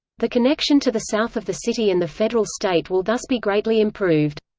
the connection to the south of the city and the federal state will thus be greatly improved.